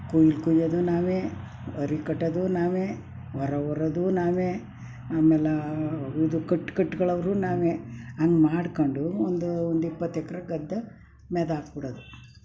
ಕೊಯ್ಲು ಕುಯ್ಯೋದು ನಾವೇ ಏರಿ ಕಟ್ಟೋದೂ ನಾವೇ ಹೊರೆ ಹೊರೋದು ನಾವೆ ಆಮೇಲೆ ಇದು ಕಟ್ಟಿ ಕಟ್ಕೊಳ್ಳೋವ್ರು ನಾವೇ ಹಂಗೆ ಮಾಡಿಕೊಂಡು ಒಂದು ಒಂದು ಇಪ್ಪತ್ತು ಎಕರೆ ಗದ್ದೆ ಮೆದು ಹಾಕಿಬಿಡೋದು